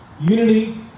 Unity